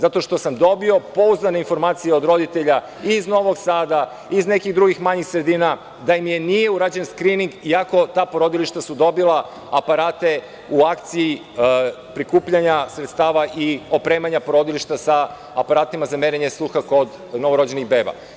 Dobio sam pouzdane informacije od roditelja i iz Novog Sada i iz nekih drugih manjih sredina da im nije urađen skrining iako su ta porodilišta dobila aparate u akciji prikupljanja sredstava i opremanja porodilišta sa aparatima za merenje sluha kod novorođenih beba.